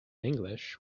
english